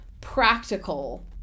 practical